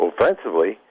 offensively